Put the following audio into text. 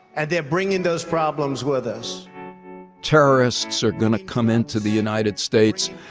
and they're bringing those problems with us terrorists are going to come into the united states,